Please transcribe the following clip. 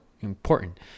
important